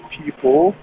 people